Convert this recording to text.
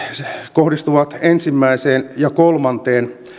kohdistuvat ensimmäinen ja kolmanteen